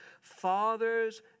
fathers